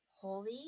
Holy